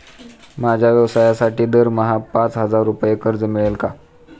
माझ्या व्यवसायासाठी दरमहा पाच हजार रुपये कर्ज मिळेल का?